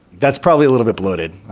that's probably a little bit bloated,